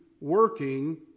working